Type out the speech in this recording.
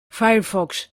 firefox